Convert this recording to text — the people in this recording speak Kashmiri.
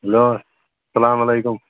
ہیٚلو اَلسلامُ عَلیکُم